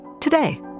today